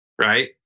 right